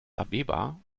abeba